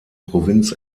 provinz